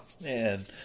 Man